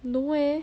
no eh